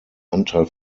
anteil